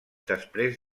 després